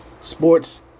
Sports